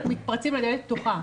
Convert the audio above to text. אתם מתפרצים לדלת פתוחה.